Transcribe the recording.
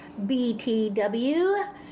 BTW